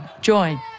join